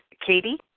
Katie